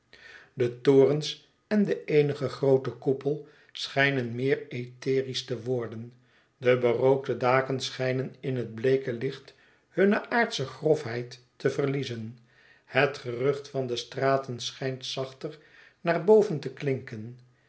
de torens en de eenige groote koepel schijnen meer etherisch te worden deberookte daken schijnen in het bleeke licht hunne aardsche grofheid te verliezen het gerucht van de straten schijnt zachter naar boven te klinken